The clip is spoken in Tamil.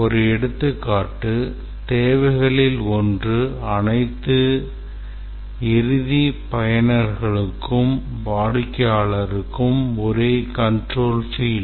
ஒரு எடுத்துக்காட்டு தேவைகளில் ஒன்று அனைத்து இறுதி பயனர்களுக்கும் வாடிக்கையாளர்களுக்கும் ஒரே control field